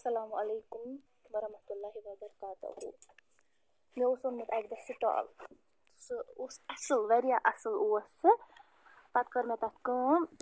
اَلسلامُ علیکُم ورحمتُہ اللہِ وَبرکاتہوٗ مےٚ اوس اوٚنمُت اَکہِ دۄہ سِٹال سُہ اوس اَصٕل واریاہ اَصٕل اوس سُہ پَتہٕ کٔر مےٚ تَتھ کٲم